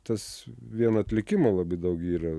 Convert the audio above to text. tas vien atlikimo labai daug yra